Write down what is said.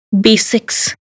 basics